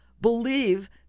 believe